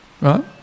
right